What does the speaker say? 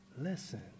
listen